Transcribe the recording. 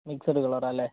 mixed കളറാണ് അല്ലേ